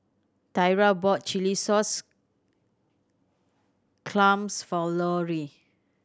Tyra bought chilli sauce clams for Lorrie